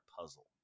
puzzle